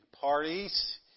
parties